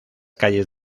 calles